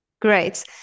Great